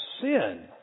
sin